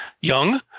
young